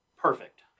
Perfect